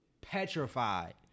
petrified